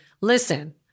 listen